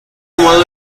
tomado